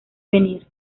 venir